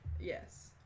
Yes